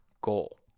goal